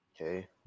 okay